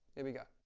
here we go.